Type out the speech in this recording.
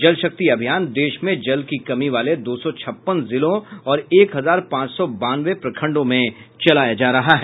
जलशक्ति अभियान देश में जल की कमी वाले दो सौ छप्पन जिलों और एक हजार पांच सौ बानवें प्रखंडों में चलाया जा रहा है